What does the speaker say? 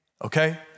okay